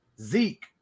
Zeke